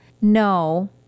no